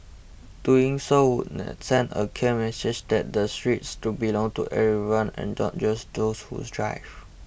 doing so would send a clear message that the streets to belong to everyone and not just those who's drive